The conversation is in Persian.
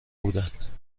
بودند